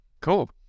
Cool